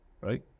right